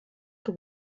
que